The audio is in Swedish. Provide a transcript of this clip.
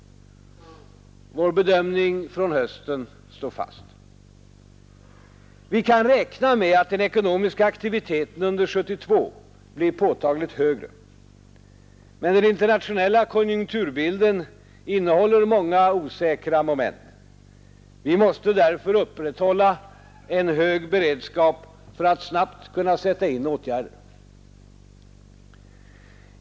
Vår bedömning från hösten står fast. Vi kan räkna med att den ekonomiska aktiviteten under 1972 blir påtagligt högre. Men den internationella konjunkturbilden innehåller många osäkra moment. Vi måste därför upprätthålla en hög beredskap för att snabbt kunna sätta in åtgärder.